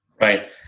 Right